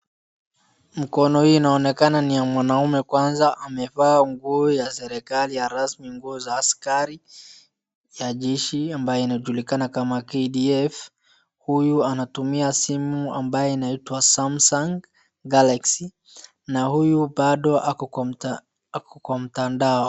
Mkono hii inaonekana ni ya mwanaume, kwanza amevaa nguo ya serikali ya rasmi nguo za askari ya jeshi ambayo inajulikana kama KDF . Huyu anatumia simu ambayo inaitwa samsung galaxy na huyu bado ako kwa mtandao.